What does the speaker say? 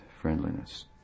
friendliness